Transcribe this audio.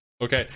Okay